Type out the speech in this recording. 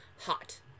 hot